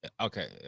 Okay